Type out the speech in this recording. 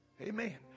Amen